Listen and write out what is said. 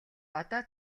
одоо